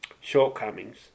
shortcomings